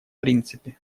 принципе